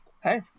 hey